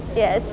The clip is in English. yes